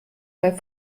bei